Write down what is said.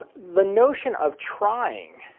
but the notion of trying